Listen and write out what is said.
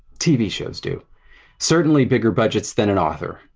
tv shows do certainly bigger budgets than an author,